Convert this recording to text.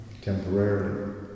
temporarily